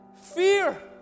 fear